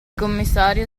commissario